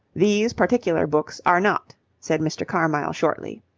these particular books are not, said mr. carmyle shortly.